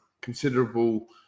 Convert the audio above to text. considerable